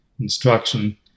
instruction